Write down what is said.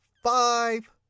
Five